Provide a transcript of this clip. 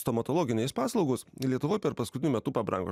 stomatologinės paslaugos lietuvoj per paskutiniu metu pabrango